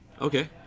okay